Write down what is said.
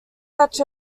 such